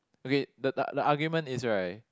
okay the the argument is right